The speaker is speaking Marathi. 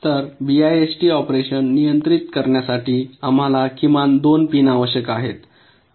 तर बीआयएसटी ऑपरेशन नियंत्रित करण्यासाठी आम्हाला किमान 2 पिन आवश्यक आहेत